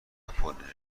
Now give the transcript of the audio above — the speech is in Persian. پرانرژی